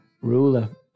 Ruler